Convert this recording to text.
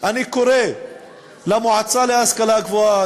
אני קורא למועצה להשכלה גבוהה,